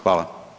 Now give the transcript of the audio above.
Hvala.